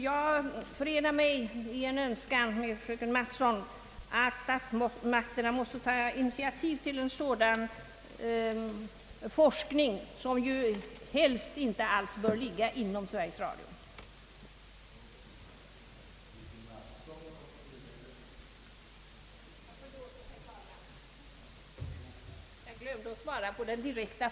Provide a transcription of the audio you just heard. Jag förenar mig med fröken Mattson i en önskan att statsmakterna måtte ta initiativ till en sådan forskning, som helst inte bör ligga inom Sveriges Radio.